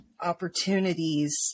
opportunities